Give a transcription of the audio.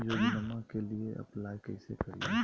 योजनामा के लिए अप्लाई कैसे करिए?